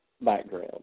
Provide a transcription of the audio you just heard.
background